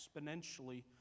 exponentially